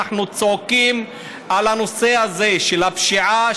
צועקים על הנושא הזה של הפשיעה,